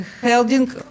holding